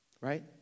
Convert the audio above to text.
Right